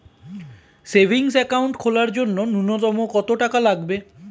Savings account খোলার জন্য নূন্যতম কত টাকা লাগবে?